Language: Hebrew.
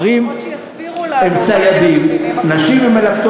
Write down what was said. חבר הכנסת כבל, אני מדבר אליך ועליך,